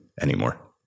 anymore